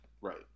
right